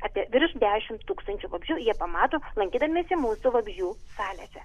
apie virš dešimt tūkstančių vabzdžių jie pamato lankydamiesi mūsų vabzdžių salėse